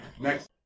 next